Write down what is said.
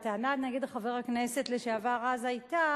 הטענה נגד חבר הכנסת לשעבר רז היתה